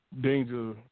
danger